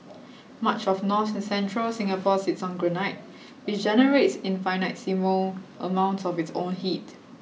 much of north and central Singapore sits on granite which generates infinitesimal amounts of its own heat